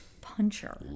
Puncher